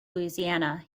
louisiana